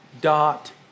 dot